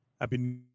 Happy